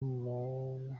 nko